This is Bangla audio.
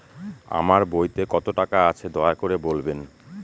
আমার বইতে কত টাকা আছে দয়া করে বলবেন?